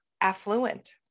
affluent